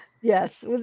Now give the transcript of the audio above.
Yes